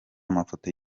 amafoto